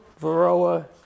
varroa